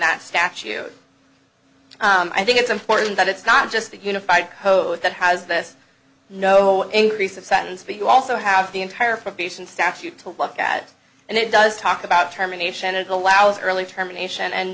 that statue i think it's important that it's not just the unified code that has this no increase of sentence but you also have the entire piece and statute to look at and it does talk about terminations allows early terminations and